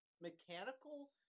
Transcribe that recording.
mechanical